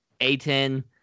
A10